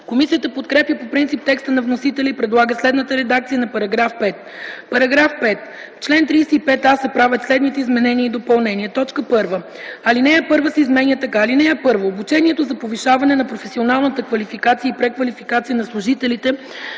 Комисията подкрепя по принцип текста на вносителя и предлага следната редакция на § 5: „§ 5. В чл. 35а се правят следните изменения и допълнения: 1. Алинея 1 се изменя така: (1) Обучението за повишаване на професионалната квалификация и преквалификация на служителите